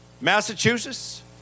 Massachusetts